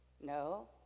no